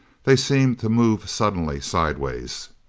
they seemed to move suddenly sidewise.